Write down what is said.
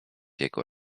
jego